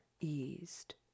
eased